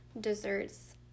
desserts